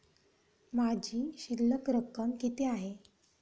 माझी शिल्लक रक्कम किती आहे?